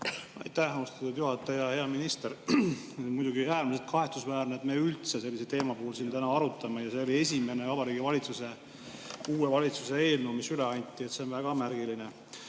Aitäh, austatud juhataja! Hea minister! On muidugi äärmiselt kahetsusväärne, et me üldse sellist teemat siin täna arutame. See oli esimene Vabariigi Valitsuse, uue valitsuse eelnõu, mis üle anti. See on väga märgiline.